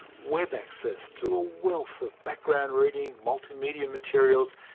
web access to a wealth of background reading, multimedia materials,